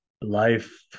life